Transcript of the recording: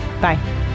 Bye